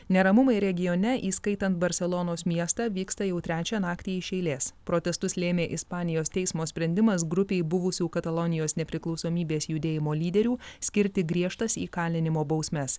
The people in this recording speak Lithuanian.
neramumai regione įskaitant barselonos miestą vyksta jau trečią naktį iš eilės protestus lėmė ispanijos teismo sprendimas grupei buvusių katalonijos nepriklausomybės judėjimo lyderių skirti griežtas įkalinimo bausmes